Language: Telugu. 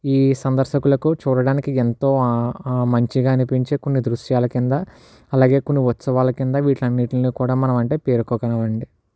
ఈ సందర్శకులకు చూడడానికి ఎంతో మంచిగా అనిపించే కొన్ని దృశ్యాల కింద అలాగే కొన్ని ఉత్సవాల కింద వీటిలంన్నింటిని కూడా అంటే మనం పేర్కోగలం అండి